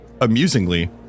amusingly